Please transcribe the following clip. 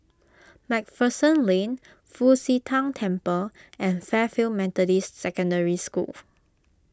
MacPherson Lane Fu Xi Tang Temple and Fairfield Methodist Secondary School